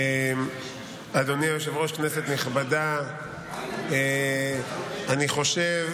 אדוני היושב-ראש, כנסת נכבדה, אני חושב